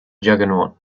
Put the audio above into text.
juggernaut